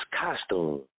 costume